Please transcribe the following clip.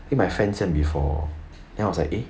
I think my friend send before then I was like eh